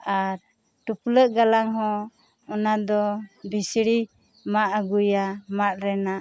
ᱟᱨ ᱴᱩᱯᱞᱟᱹᱜ ᱜᱟᱞᱟᱝ ᱦᱚᱸ ᱚᱱᱟ ᱫᱚ ᱵᱤᱥᱲᱤ ᱢᱟᱜ ᱟᱹᱜᱩᱭᱟ ᱢᱟᱜ ᱨᱮᱱᱟᱜ